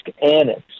annex